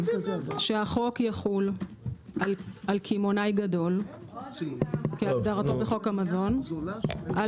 שהחוק יחול על קמעונאי גדול כהגדרתו בחוק המזון,